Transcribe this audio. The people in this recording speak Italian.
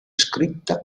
scritta